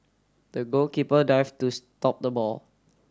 the goalkeeper dived to stop the ball